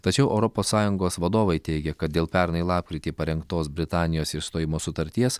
tačiau europos sąjungos vadovai teigia kad dėl pernai lapkritį parengtos britanijos išstojimo sutarties